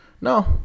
No